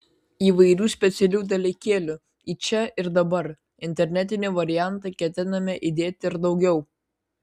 įvairių specialių dalykėlių į čia ir dabar internetinį variantą ketiname įdėti ir daugiau